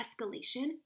escalation